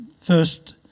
first